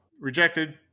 rejected